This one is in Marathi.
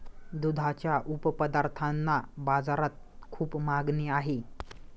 दुधाच्या उपपदार्थांना बाजारात खूप मागणी आहे